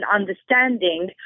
understanding